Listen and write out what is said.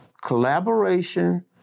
collaboration